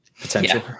potential